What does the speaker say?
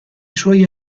suoi